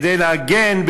כדי להגן,